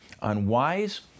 unwise